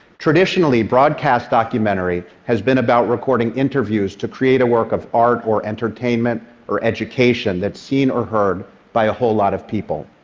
traditionally, broadcast documentary has been about recording interviews to create a work of art or entertainment or education that is seen or heard by a whole lot of people,